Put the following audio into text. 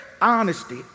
Honesty